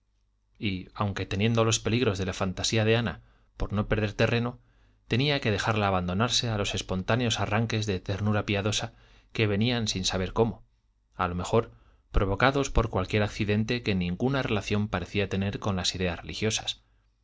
y aunque temiendo los peligros de la fantasía de ana por no perder terreno tenía que dejarla abandonarse a los espontáneos arranques de ternura piadosa que venían sin saber cómo a lo mejor provocados por cualquier accidente que ninguna relación parecía tener con las ideas religiosas